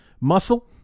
muscle